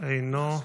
אינו נוכח.